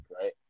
right